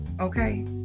Okay